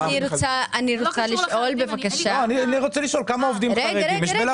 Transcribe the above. לא, אני רוצה לשאול כמה עובדים חרדים יש בלפ"מ.